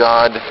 God